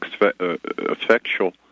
effectual